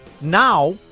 Now